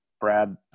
Brad